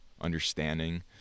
understanding